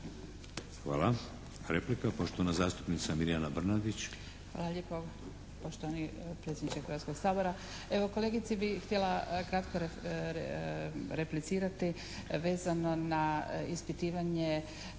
Hvala. Replika, poštovana zastupnica Mirjana Brnadić. **Brnadić, Mirjana (HDZ)** Hvala lijepo poštovani predsjedniče Hrvatskoga sabora. Evo kolegici bi htjela kratko replicirati vezano na ispitivanje